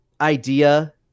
idea